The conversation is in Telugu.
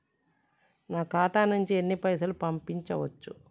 నా ఖాతా నుంచి ఎన్ని పైసలు పంపించచ్చు?